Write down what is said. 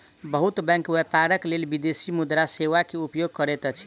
बहुत बैंक व्यापारक लेल विदेशी मुद्रा सेवा के उपयोग करैत अछि